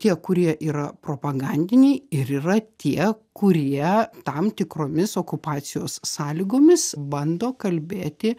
tie kurie yra propagandiniai ir yra tie kurie tam tikromis okupacijos sąlygomis bando kalbėti